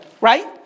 Right